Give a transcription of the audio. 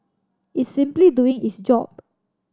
it's simply doing its job